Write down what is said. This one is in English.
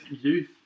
youth